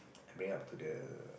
I bring him out to the